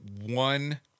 one